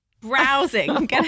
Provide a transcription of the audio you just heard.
Browsing